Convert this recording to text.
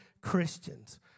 Christians